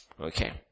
Okay